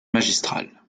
magistral